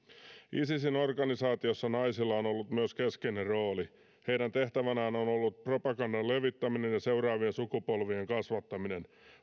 isisin organisaatiossa naisella on ollut myös keskeinen rooli heidän tehtävänään on ollut propagandan levittäminen ja seuraavien sukupolvien kasvattaminen